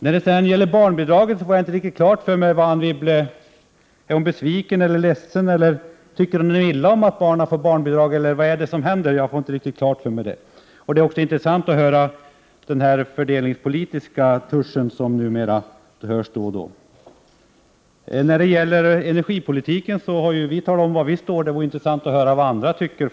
När det sedan gäller barnbidraget fick jag inte riktigt klart för mig om Anne Wibble är besviken och ledsen eller om hon tycker illa om att barnen får bidrag. Vad är det som händer? Det är också intressant att höra hur man då och då anlägger en fördelningspolitisk touch på det hela. När det gäller energipolitiken har vi talat om var vi står. Det vore intressant att höra vad andra tycker.